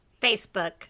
Facebook